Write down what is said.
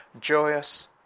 joyous